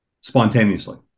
spontaneously